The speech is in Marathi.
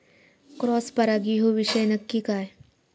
क्रॉस परागी ह्यो विषय नक्की काय?